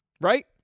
right